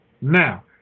now